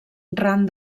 ran